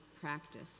practice